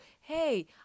hey